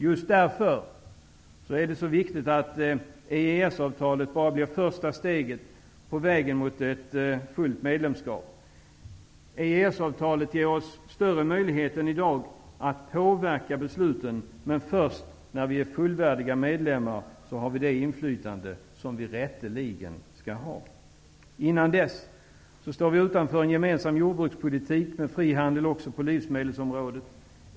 Just därför är det så viktigt att EES-avtalet bara blir det första steget på vägen mot ett fullt medlemskap. EES-avtalet ger oss större möjligheter än vad vi har i dag att påverka besluten. Men först när vi är fullvärdiga medlemmar har vi det inflytande som vi rätteligen skall ha. Innan dess står vi utanför en gemensam jordbrukspolitik med frihandel även på livsmedelsområdet.